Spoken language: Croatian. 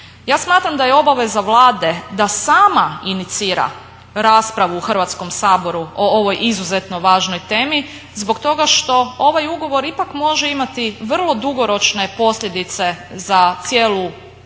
Ja smatram da je obaveza Vlade da sama inicira raspravu u Hrvatskom saboru o ovoj izuzetno važnoj temi zbog toga što ovaj ugovor ipak može imati vrlo dugoročne posljedice za cijelu hrvatsku